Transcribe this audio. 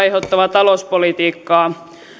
talouspolitiikkaa